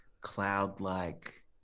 cloud-like